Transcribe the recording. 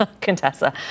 Contessa